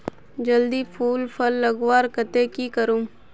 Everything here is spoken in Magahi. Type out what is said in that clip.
जल्दी फूल फल लगवार केते की करूम?